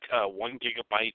one-gigabyte